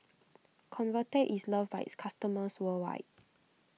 Convatec is loved by its customers worldwide